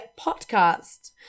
podcast